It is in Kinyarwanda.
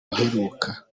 aheruka